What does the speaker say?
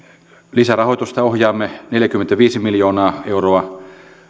lisärahoitusta ohjaamme neljäkymmentäviisi miljoonaa euroa